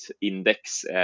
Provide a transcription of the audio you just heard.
index